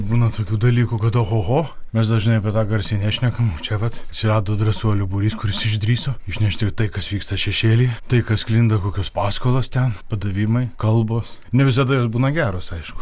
būna tokių dalykų kad ohoho mes dažnai apie tą garsiai nešnekam čia vat atsirado drąsuolių būrys kuris išdrįso išnešti tai kas vyksta šešėlyje tai kas sklinda kokios paskalos ten padavimai kalbos ne visada jos būna geros aišku